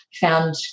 found